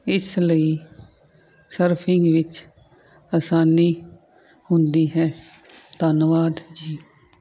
ਇਸ ਲਈ ਸਰਫਿੰਗ ਵਿੱਚ ਆਸਾਨੀ ਹੁੰਦੀ ਹੈ ਧੰਨਵਾਦ ਜੀ